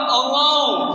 alone